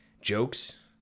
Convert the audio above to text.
jokes